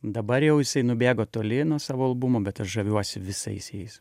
dabar jau jisai nubėgo toli nuo savo albumo bet aš žaviuosi visais jais